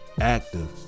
active